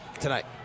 tonight